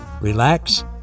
relax